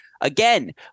again